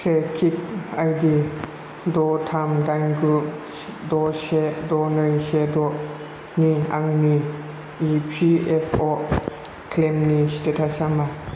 trekking ID द' थाम दाइन गु द' से द' नै से द' नि आंनि इपिएफअ' क्लेइमनि स्टेटासआ मा